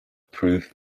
proof